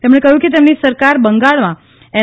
તેમણે કહ્યું કે તેમની સરકાર બંગાળમાં એન